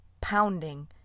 pounding